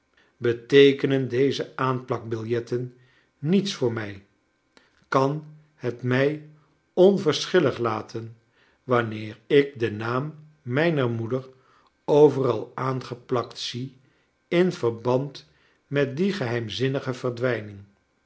deze aanplakbiljetten niets voor mij kan het mij onverschillig laten wanneer ik den naam mijner moeder overal aangeplakt zie in verband met die geheimzinnige verdwijning